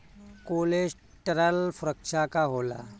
Collateral सुरक्षा का होला?